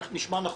זה נשמע נכון.